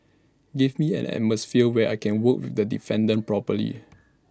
give me an atmosphere where I can work with the defendant properly